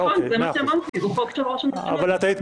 אוקיי,